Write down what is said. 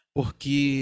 Porque